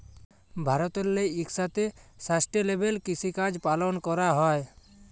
ভারতেল্লে ইকসাথে সাস্টেলেবেল কিসিকাজ পালল ক্যরা হ্যয়